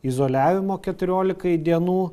izoliavimo keturiolikai dienų